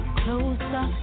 closer